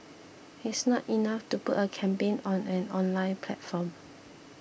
it's not enough to put a campaign on an online platform